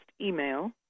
email